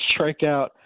strikeout